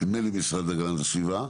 המשרד להגנת הסביבה,